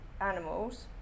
animals